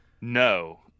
No